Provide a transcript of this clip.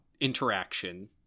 interaction